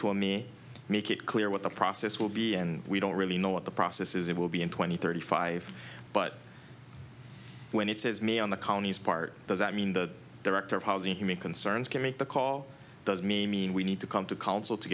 a me make it clear what the process will be and we don't really know what the process is it will be in twenty thirty five but when it says me on the county's part does that mean that director of housing human concerns can make the call does me mean we need to come to council to